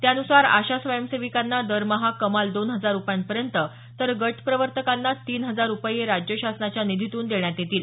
त्यानुसार आशा स्वयंसेविकांना दरमहा कमाल दोन हजार रुपयापर्यंत तर गट प्रवर्तकांना तीन हजार रुपये राज्य शासनाच्या निधीतून देण्यात येतील